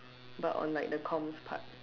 but on like the comms part